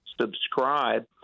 subscribe